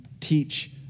teach